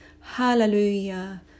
Hallelujah